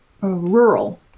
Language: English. rural